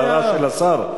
ההערה של השר,